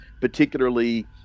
particularly